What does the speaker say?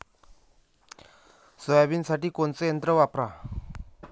सोयाबीनसाठी कोनचं यंत्र वापरा?